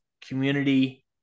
community –